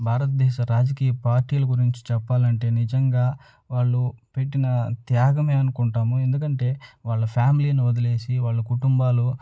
భారతదేశ రాజకీయ పార్టీల గురించి చెప్పాలంటే నిజంగా వాళ్ళు పెట్టిన త్యాగమే అనుకుంటాము ఎందుకంటే వాళ్ళ ఫ్యామిలీని వదిలేసి వాళ్ళు కుటుంబాలు